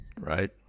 Right